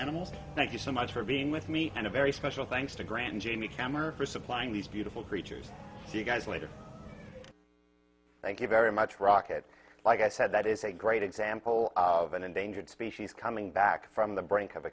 animals thank you so much for being with me and a very special thanks to grand jamie camera for supplying these beautiful creatures to you guys later thank you very much rocket like i said that is a great example of an endangered species coming back from the brink of